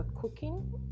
cooking